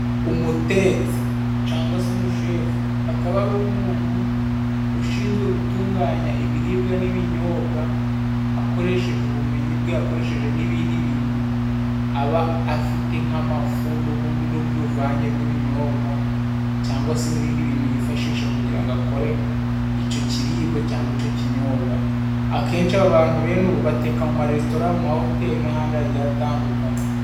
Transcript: Umutetsi cyangwa se umushefu akaba ari umuntu ushinzwe gutunganya ibiribwa n'ibinyobwa akoresheje ubumenyi bwe akoresheje n'ibindi bintu aba afite nk'amafu nurundi ruvange rw'ibinyobwa cyangwa se n'ibindi bintu yifashisha kugira akore icyo kiribwa cyangwa icyo kinyobwa akenshi abantu benshi ubu bateka mu maresitora mu mahoteli n'ahandi hagiye hatandukanye.